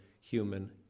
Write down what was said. human